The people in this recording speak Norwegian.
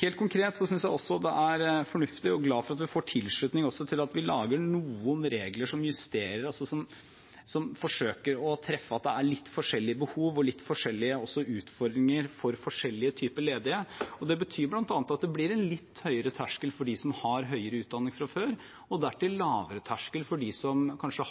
Helt konkret synes jeg også at det er fornuftig – og jeg er glad for at vi får tilslutning til – at vi lager noen regler som justerer, og som forsøker å treffe litt forskjellige behov og også litt forskjellige utfordringer for forskjellige typer ledige. Det betyr bl.a. at det blir en litt høyere terskel for dem som har høyere utdanning fra før, og dertil lavere terskel for dem som kanskje